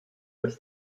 als